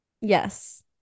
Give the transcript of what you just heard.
yes